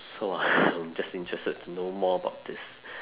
so I'm just interested to know more about this